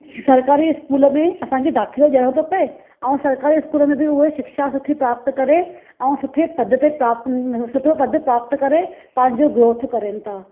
सरकारी इस्कूल में असांखे दाखिलो ॾियणो थो पिए ऐं सरकारी इस्कूल में बि उहो शिक्षा सुठी प्राप्त करे ऐं सुठे पद ते प्राप्त सुठो पद प्राप्त करे पंहिंजो ग्रोथ करनि था